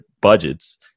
budgets